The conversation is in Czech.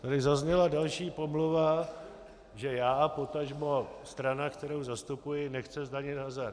Tady zazněla další pomluva, že já, potažmo strana, kterou zastupuji, nechce zdanit hazard.